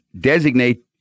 designate